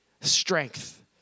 Strength